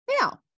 Now